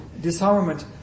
disarmament